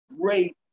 great